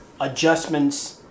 adjustments